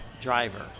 driver